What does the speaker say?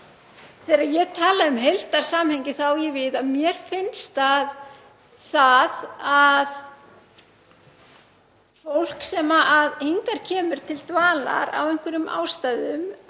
Þegar ég tala um heildarsamhengi þá á ég við að mér finnst það að fólk sem hingað kemur til dvalar af einhverjum ástæðum